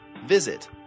Visit